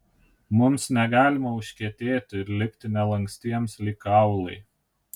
mums negalima užkietėti ir likti nelankstiems lyg kaulai